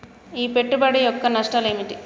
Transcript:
ఈ పెట్టుబడి యొక్క నష్టాలు ఏమిటి?